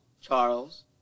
Charles